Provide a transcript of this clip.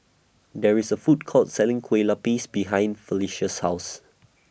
There IS A Food Court Selling Kueh Lupis behind Felisha's House